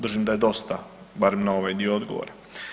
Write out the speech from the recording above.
Držim da je dosta, barem na ovaj dio odgovora.